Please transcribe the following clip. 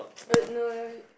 uh no y~